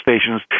stations